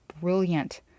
brilliant